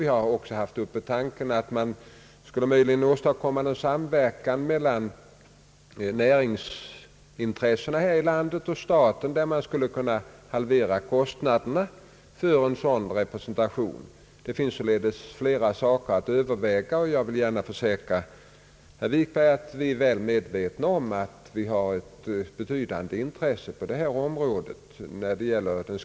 Vi har också diskuterat tanken att man möjligen skulle kunna åstadkomma någon samverkan mellan näringsintressena här i landet och staten, i det man skulle kunna halvera kostnaderna för en sådan representation. Man kan således välja bland olika tillvägagångssätt, och jag vill gärna försäkra herr Wikberg att vi är väl medvetna om att vi har ett betydande in tresse att tillvarata på detta område.